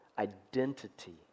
identity